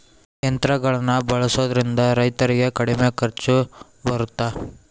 ಯಂತ್ರಗಳನ್ನ ಬಳಸೊದ್ರಿಂದ ರೈತರಿಗೆ ಕಡಿಮೆ ಖರ್ಚು ಬರುತ್ತಾ?